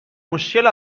مشکل